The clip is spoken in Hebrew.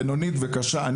בינונית וקשה,